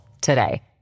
today